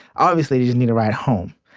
obviously they just need a ride home,